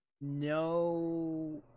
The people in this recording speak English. no